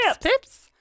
pips